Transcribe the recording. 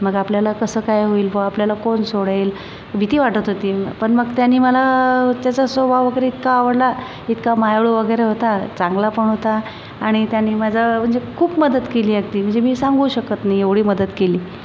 मग आपल्याला कसं काय होईल बुवा आपल्याला कोण सोडेल भीती वाटत होती पण मग त्यानी मला त्याचा स्वभाव वगैरे इतका आवडला इतका मायाळू वगैरे होता चांगला पण होता आणि त्याने माझं म्हणजे खूप मदत केली अगदी म्हणजे मी सांगूच शकत नाही एवढी मदत केली